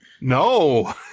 No